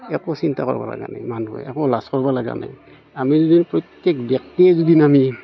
একো চিন্তা কৰিব নালগে মানুহে একো লাজ কৰিব লগা নাই আমি যদি প্ৰত্যেক ব্যক্তিয়ে যদি আমি